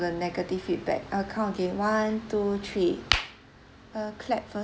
the negative feedback uh count okay one two three uh clap ah